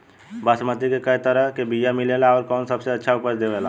बासमती के कै तरह के बीया मिलेला आउर कौन सबसे अच्छा उपज देवेला?